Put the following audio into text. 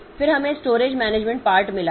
फिर हमें storage management part मिला है